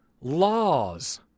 laws